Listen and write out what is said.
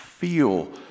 Feel